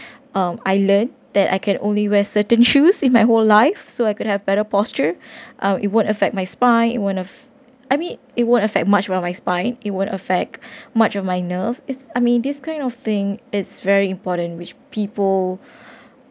um i learn that I can only wear certain shoes in my whole life so I could have better posture uh it won't affect my spine it won't I mean it won't affect much while my spine it won't affect much on my nerve is I mean this kind of thing it's very important which people